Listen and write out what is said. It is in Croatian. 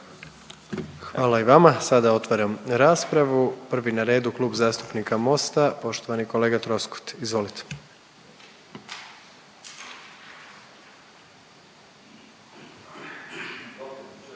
Hvala i vama. Sada otvaram raspravu, prvi na redu Klub zastupnika Mosta, poštovani kolega Troskot, izvolite.